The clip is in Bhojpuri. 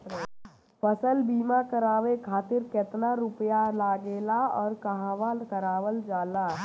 फसल बीमा करावे खातिर केतना रुपया लागेला अउर कहवा करावल जाला?